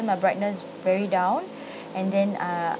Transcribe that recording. my brightness very down and then err